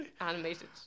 animated